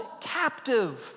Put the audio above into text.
captive